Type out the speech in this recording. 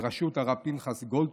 בראשות הרב פנחס גולדשמידט,